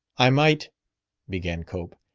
i might began cope.